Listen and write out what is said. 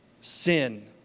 Sin